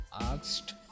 asked